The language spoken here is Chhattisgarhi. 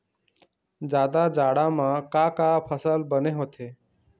जादा जाड़ा म का का फसल बने होथे?